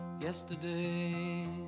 Yesterday